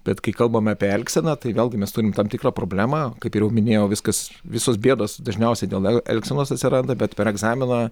bet kai kalbame apie elgseną tai vėlgi mes turim tam tikrą problemą kaip ir jau minėjau viskas visos bėdos dažniausiai dėl elgsenos atsiranda bet per egzaminą